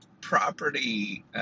property